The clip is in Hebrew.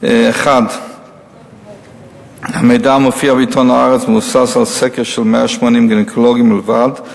1. המידע המופיע בעיתון "הארץ" מבוסס על סקר של 180 גינקולוגים בלבד,